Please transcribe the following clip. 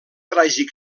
tràgic